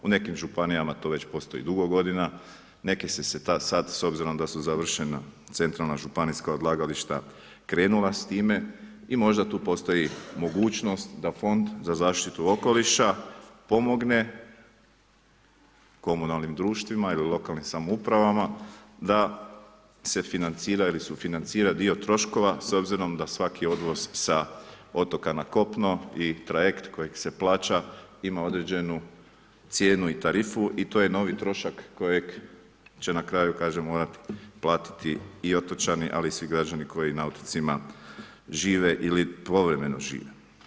U nekim županijama to već postoji dugo godina, neke sad s obzirom da su završena centralna županijska odlagališta krenula s time, i možda tu postoji mogućnost da Fond za zaštitu okoliša pomogne komunalnim društvima ili lokalnim samouprava da se financira ili sufinancira dio troškova s obzirom da svaki odvoz sa otoka na kopno i trajekt kojeg se plaća ima određenu cijenu i tarifu i to je novi trošak kojeg će na kraju morati platiti i otočani, ali i svi građani koji na otocima žive ili povremeno žive.